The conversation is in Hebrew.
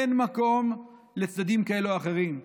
אין מקום לצדדים כאלה או אחרים.